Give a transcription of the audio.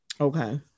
Okay